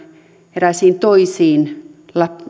heräsin toisiin